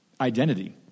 Identity